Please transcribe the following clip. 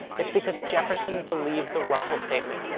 it's because jefferson believed the russell statement.